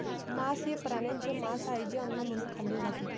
मांस हे प्राण्यांचे मांस आहे जे अन्न म्हणून खाल्ले जाते